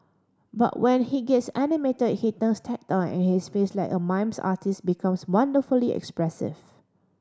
but when he gets animated he turns tactile and his face like a mime artist's becomes wonderfully expressive